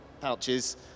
pouches